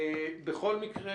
בכל מקרה,